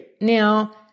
Now